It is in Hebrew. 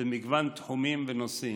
במגוון תחומים ונושאים.